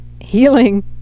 healing